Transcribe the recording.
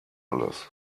alles